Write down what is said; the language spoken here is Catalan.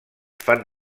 fan